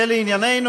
ולענייננו,